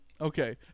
Okay